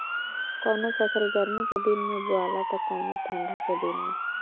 कवनो फसल गर्मी के दिन में बोआला त कवनो ठंडा के दिन में